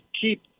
keep